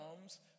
comes